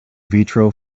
vitro